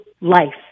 life